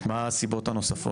מה הסיבות הנוספות?